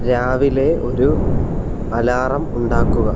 രാവിലെ ഒരു അലാറം ഉണ്ടാക്കുക